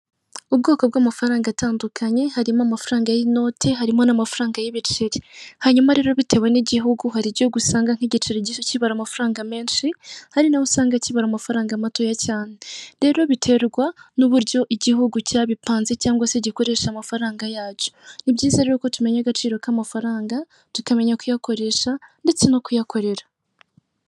Ubwoko bw'amafaranga atandukanye harimo amafaranga y'inote harimo nibiceri, hanyuma rero bitewe n'igihugu. hari gihugu usanga nkigiceri kibara amafaranga menshi, harinaho usanga kibara amafaranga matoya cyane. Rero biterwa nubutyo igihugu cyabipanze cyangwa se gikoresha amafaranga yacyo. Nibyiza reroko tumenya agaciro kamafaranga tukamenya kuyakoresha ndetse nokuyakorera.